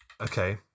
Okay